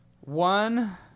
One